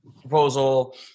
proposal